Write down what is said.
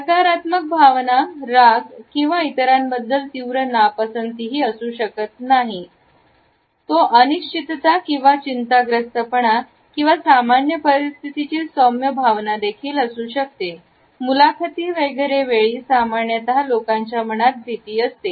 नकारात्मक भावना राग किंवा इतरांबद्दल तीव्र नापसंती असू शकत नाही तो अनिश्चितता किंवा चिंताग्रस्तपणा किंवा सामान्य परिस्थितीची सौम्य भावना देखील असू शकते मुलाखती वगैरे वेळी सामान्यत लोकांच्या मनात भीती असते